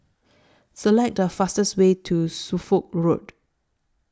Select The fastest Way to Suffolk Road